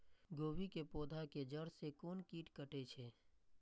गोभी के पोधा के जड़ से कोन कीट कटे छे?